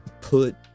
put